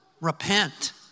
repent